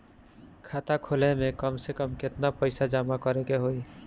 खाता खोले में कम से कम केतना पइसा जमा करे के होई?